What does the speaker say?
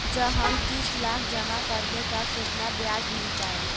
जँ हम तीस लाख जमा करबै तऽ केतना ब्याज मिलतै?